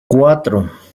cuatro